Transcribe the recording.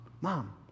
mom